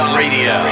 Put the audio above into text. radio